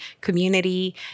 community